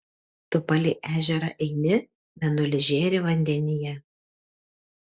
tu palei ežerą eini mėnulis žėri vandenyje